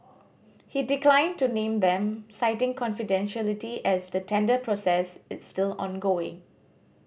he declined to name them citing confidentiality as the tender process is still ongoing